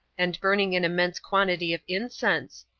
and burning an immense quantity of incense,